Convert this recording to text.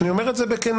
אני אומר את זה בכנות,